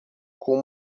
com